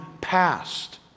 past